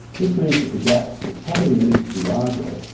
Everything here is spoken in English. this means that the gaps will probably need to be larger,